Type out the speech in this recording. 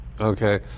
Okay